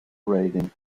raiding